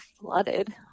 flooded